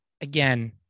again